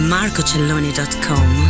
MarcoCelloni.com